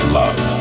love